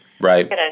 Right